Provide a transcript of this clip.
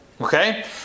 Okay